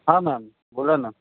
हां मॅम बोला ना